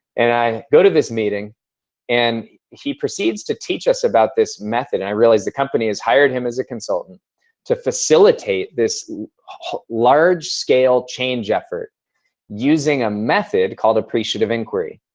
and i go to this meeting and he proceeds to teach us about this method and i realize the company has hired him as a consultant to facilitate this large-scale change effort using a method called appreciative inquiry.